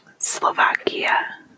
Slovakia